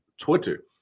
Twitter